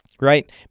right